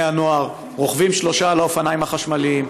הנוער רוכבים שלושה על האופניים החשמליים,